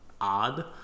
odd